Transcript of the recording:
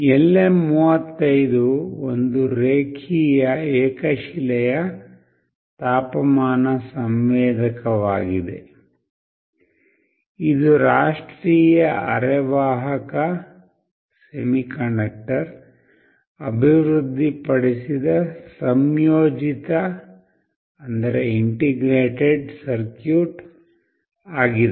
LM35 ಒಂದು ರೇಖೀಯ ಏಕಶಿಲೆಯ ತಾಪಮಾನ ಸಂವೇದಕವಾಗಿದೆ ಇದು ರಾಷ್ಟ್ರೀಯ ಅರೆವಾಹಕ ಅಭಿವೃದ್ಧಿಪಡಿಸಿದ ಸಂಯೋಜಿತ ಸರ್ಕ್ಯೂಟ್ ಆಗಿದೆ